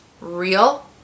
real